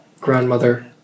grandmother